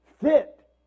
fit